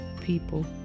people